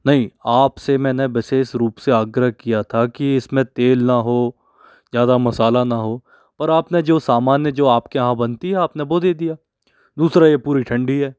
नहीं आपसे मैंने विशेष रूप से आग्रह किया था कि इसमें तेल ना हो ज़्यादा मसाला ना हो पर आपने जो सामान्य जो आपके यहाँ बनती है आपने वो दे दिया दूसरा ये पूरी ठंडी है